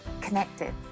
connected